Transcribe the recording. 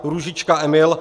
Růžička Emil